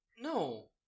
No